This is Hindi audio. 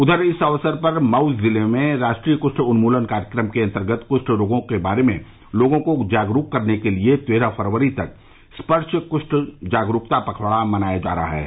उधर इस अवसर पर मऊ जिले में राष्ट्रीय कुष्ठ उन्मूलन कार्यक्रम के अंतर्गत कुष्ठ रोगों के बारे में लोगों को जागरूक करने के लिए तेरह फरवरी तक स्पर्श कृष्ठ जागरूकता पखवाड़ा मनाया जा रहा है